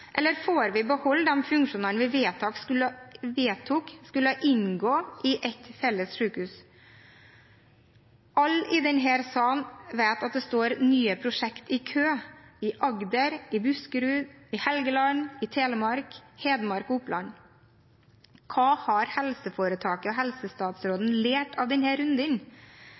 eller får vi beholde de funksjonene vi vedtok skulle inngå i et felles sykehus? Alle i denne sal vet at det står nye prosjekter i kø – i Agder, Buskerud, Helgeland, Telemark, Hedmark og Oppland. Hva har helseforetaket og